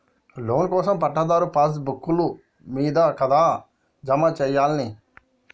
Loan కోసం పట్టాదారు passbook లు మీ కాడా జమ చేయల్నా?